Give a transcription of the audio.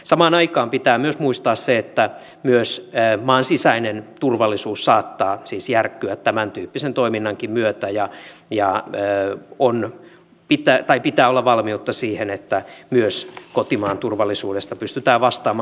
samaan aikaan pitää myös muistaa se että myös maan sisäinen turvallisuus saattaa siis järkkyä tämäntyyppisen toiminnankin myötä ja pitää olla valmiutta siihen että myös kotimaan turvallisuudesta pystytään vastaamaan